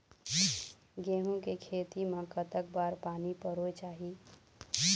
गेहूं के खेती मा कतक बार पानी परोए चाही?